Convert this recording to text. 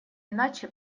иначе